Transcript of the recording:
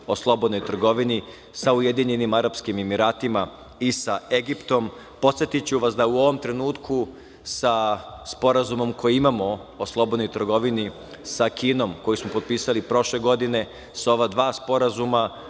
o slobodnoj trgovini sa Ujedinjenim Arapskim Emiratima i sa Egiptom. Podsetiću vas da u ovom trenutku sa Sporazumom koji imamo o slobodnoj trgovini sa Kinom, a koji smo potpisali prošle godine, i sa ova dva sporazuma,